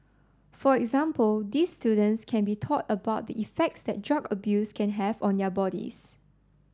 for example these students can be taught about the effects that drug abuse can have on their bodies